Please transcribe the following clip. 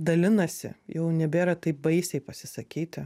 dalinasi jau nebėra taip baisiai pasisakyti